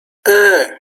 eee